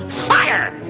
fire!